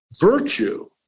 virtue